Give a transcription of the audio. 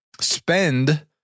spend